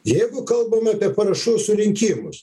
jeigu kalbame apie parašų surinkimus